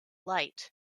light